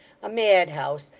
a madhouse,